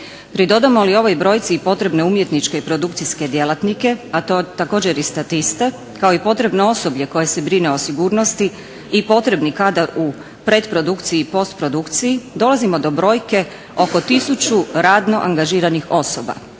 Pridodamo li ovoj brojci i potrebne umjetničke i produkcijske djelatnike, također i statiste, kao i potrebno osoblje koje se brine o sigurnosti i potrebni kadar u predprodukciji i postprodukciji dolazimo do brojke oko 1000 radno angažiranih osoba,